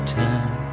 time